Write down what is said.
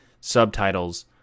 subtitles